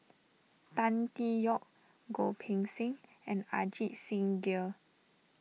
Tan Tee Yoke Goh Poh Seng and Ajit Singh Gill